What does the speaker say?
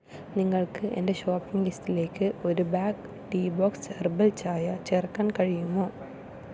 നിങ്ങൾക്ക് എന്റെ ഷോപ്പിംഗ് ലിസ്റ്റിലേക്ക് ഒരു ബാഗ് ടീ ബോക്സ് ഹെർബൽ ചായ ചേർക്കാൻ കഴിയുമോ